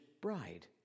bride